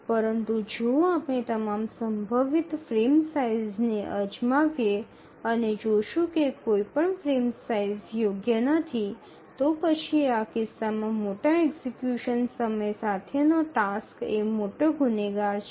પરંતુ જો આપણે તમામ સંભવિત ફ્રેમ સાઇઝને અજમાવીએ અને જોશું કે કોઈ પણ ફ્રેમ સાઇઝ યોગ્ય નથી તો પછી આ કિસ્સામાં મોટા એક્ઝેક્યુશન સમય સાથેનો ટાસ્ક એ મોટો ગુનેગાર છે